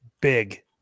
Big